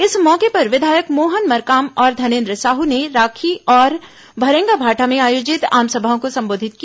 इस मौके पर विधायक मोहन मरकाम और धनेन्द्र साहू ने राखी और भरेंगाभाटा में आयोजित आमसभाओं को संबोधित किया